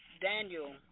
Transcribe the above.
Daniel